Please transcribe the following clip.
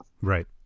Right